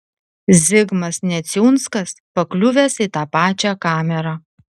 zigmas neciunskas pakliuvęs į tą pačią kamerą